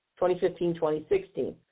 2015-2016